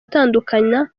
atandukana